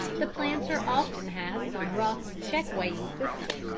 the planter often has some rough check-weighing system.